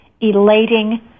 elating